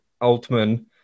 Altman